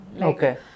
Okay